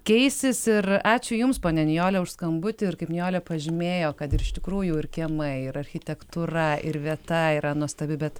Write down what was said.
keisis ir ačiū jums ponia nijolė už skambutį ir kaip nijolė pažymėjo kad ir iš tikrųjų ir kiemai ir architektūra ir vieta yra nuostabi bet